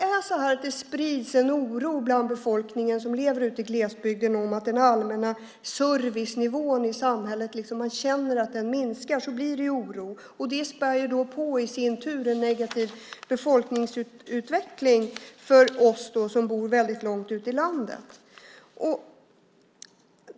När det sprids en oro i den befolkning som lever ute i glesbygden, när de känner att den allmänna servicenivån i samhället minskar, späder det i sin tur på en negativ befolkningsutveckling för oss som bor väldigt långt ut i landet.